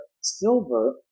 silver